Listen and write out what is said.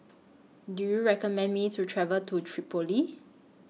Do YOU recommend Me to travel to Tripoli